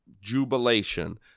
jubilation